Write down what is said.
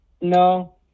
No